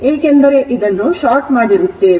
ಏಕೆಂದರೆ ಇದನ್ನು short ಮಾಡಿರುತ್ತೇವೆ